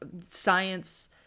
science-